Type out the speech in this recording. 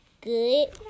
good